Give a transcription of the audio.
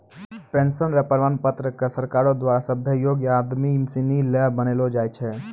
pension र प्रमाण पत्र क सरकारो द्वारा सभ्भे योग्य आदमी सिनी ल बनैलो जाय छै